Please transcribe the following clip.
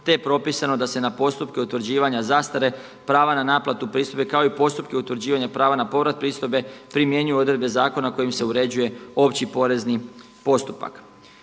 te je propisano da se na postupke utvrđivanja zastare prava na naplatu pristojbe kao i postupke utvrđivanja prava na povrat pristojbe primjenjuju odredbe zakona kojim se uređuje Opći porezni postupak.